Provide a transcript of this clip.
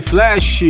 Flash